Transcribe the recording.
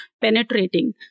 penetrating